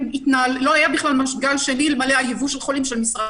לא היה בכלל גל שני אלמלא הייבוא של חולים של משרד הבריאות.